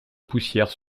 poussière